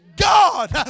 God